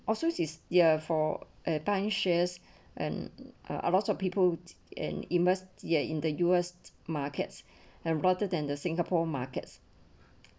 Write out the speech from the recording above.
also is there for a bank shares and a lot of people and immersed you're in the U_S markets and rather than the singapore market